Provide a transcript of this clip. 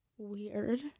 weird